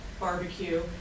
Barbecue